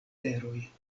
teroj